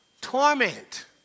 Torment